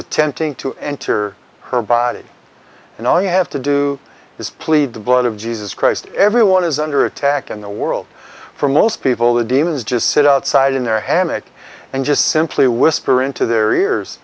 attempting to enter her body and all you have to do is plead the blood of jesus christ everyone is under attack in the world for most people the demons just sit outside in their haneke and just simply whisper into their